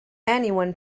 anyone